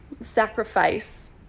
sacrifice